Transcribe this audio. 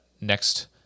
next